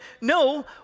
no